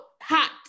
hot